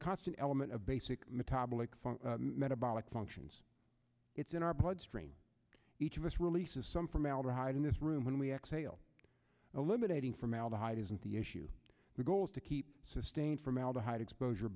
constant element of basic metabolism metabolic functions it's in our bloodstream each of us releases some formaldehyde in this room when we exhale eliminating formaldehyde isn't the issue the goal is to keep sustained formaldehyde exposure